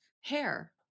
hair